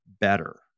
better